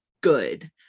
good